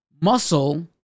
muscle